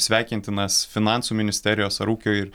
sveikintinas finansų ministerijos ar ūkio ir